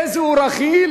איזהו רכיל,